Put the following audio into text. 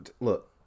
Look